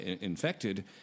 infected